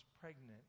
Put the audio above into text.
pregnant